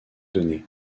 donner